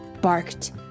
barked